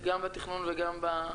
גם בתכנון וגם בסוף.